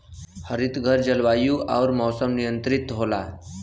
हरितघर जलवायु आउर मौसम नियंत्रित होला